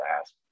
ask